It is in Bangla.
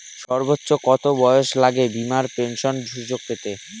সর্বোচ্চ কত বয়স লাগে বীমার পেনশন সুযোগ পেতে?